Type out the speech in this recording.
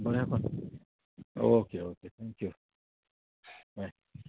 बरें कोन okay thank you बाय